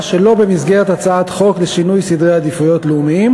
שלא במסגרת הצעת חוק לשינוי סדרי עדיפויות לאומיים